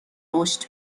رشد